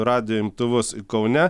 radijo imtuvus kaune